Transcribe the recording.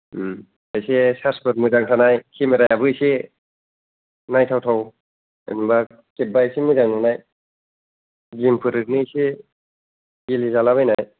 ओम इसे सार्जफोर मोजां थानाय खेमेरायाबो इसे नायथाव थाव जेनबा खेबबा इसे मोजां नुनाय गेमफोर ओरैनो इसे गेलेजालाबायनाय